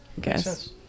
guess